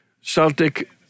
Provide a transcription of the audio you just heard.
Celtic